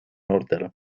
noortele